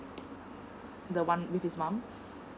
the one with his mum